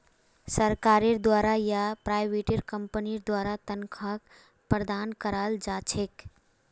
सरकारेर द्वारा या प्राइवेट कम्पनीर द्वारा तन्ख्वाहक प्रदान कराल जा छेक